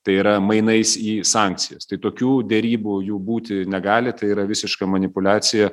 tai yra mainais į sankcijas tai tokių derybų jų būti negali tai yra visiška manipuliacija